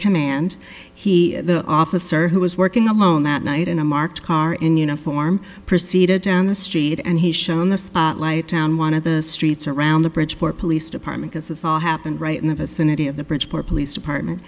command he the officer who was working alone that night in a marked car in uniform proceeded down the street and he's shown the spotlight down one of the streets around the bridgeport police department has this all happened right in the vicinity of the bridgeport police department